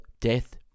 death